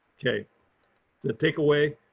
okay to take away,